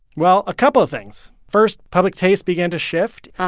well, a couple of things. first, public taste began to shift.